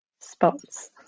Spots